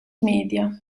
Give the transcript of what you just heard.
media